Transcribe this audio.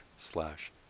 slash